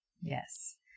yes